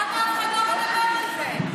למה אף אחד לא מדבר על זה?